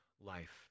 life